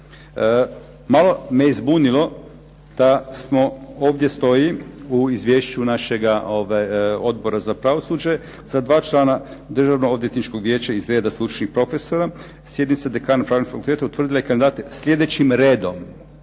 Malo me i zbunilo da smo ovdje stoji u izvješću našega Odbora za pravosuđe, za dva člana Državnoodvjetničkog vijeća iz reda stručnih profesora, sjednica dekana pravnih fakulteta utvrdila je kandidate sljedećim redom.